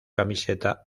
camiseta